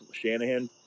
Shanahan